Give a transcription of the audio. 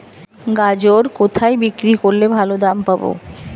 গাজর কোথায় বিক্রি করলে ভালো দাম পাব?